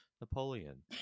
Napoleon